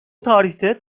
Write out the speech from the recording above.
tarihte